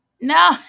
No